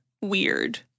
weird